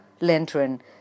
lantern